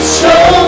show